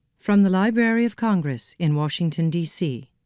from the library of congress in washington, d c.